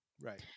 right